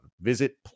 Visit